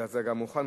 אלא זה גם הוכן,